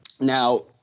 Now